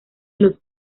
los